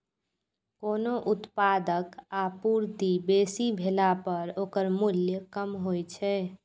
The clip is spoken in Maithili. कोनो उत्पादक आपूर्ति बेसी भेला पर ओकर मूल्य कम होइ छै